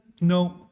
No